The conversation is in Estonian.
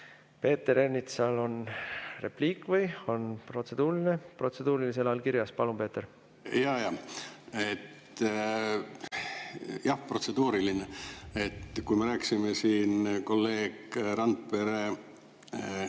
Peeter Ernitsal on repliik või on protseduuriline? Protseduurilisena on kirjas. Palun, Peeter! Jah, protseduuriline. Me rääkisime siin kolleeg Randpere